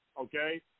okay